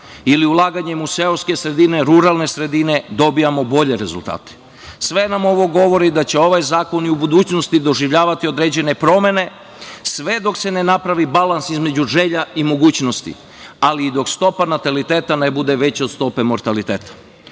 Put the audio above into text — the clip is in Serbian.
ili ulaganjem u seoske sredine, ruralne sredine dobijamo bolje rezultate. Sve nam ovo govori da će ovaj zakon i u budućnosti doživljavati određene promene, sve dok se ne napravi balans između želja i mogućnosti ali i dok stopa nataliteta ne bude veća od stope mortaliteta. Naravno,